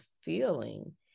feeling